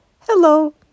Hello